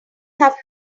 have